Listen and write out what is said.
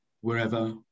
wherever